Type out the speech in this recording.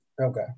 Okay